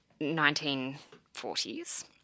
1940s